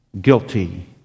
guilty